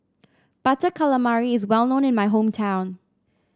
Butter Calamari is well known in my hometown